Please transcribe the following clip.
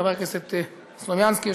חבר הכנסת סלומינסקי,